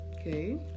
Okay